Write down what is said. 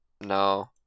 no